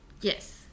Yes